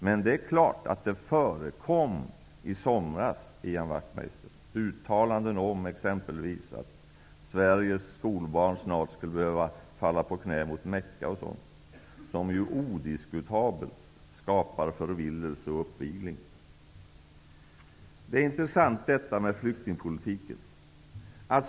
Men det är klart att det i somras, Ian Wachtmeister, förekom uttalanden, exempelvis om att Sveriges skolbarn snart skulle behöva falla på knä vända mot Mekka osv. Sådant skapar odiskutabelt förvillelse och uppvigling. Det är intressant, detta med flyktingpolitiken.